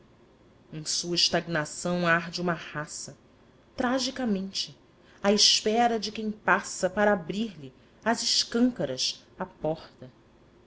sua estagnação arde uma raça tragicamente à espera de quem passa para abrir-lhe às escâncaras a porta